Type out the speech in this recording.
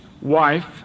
wife